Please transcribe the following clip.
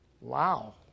Wow